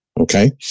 Okay